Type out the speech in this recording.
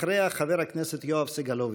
אחריה, חבר הכנסת יואב סגלוביץ'.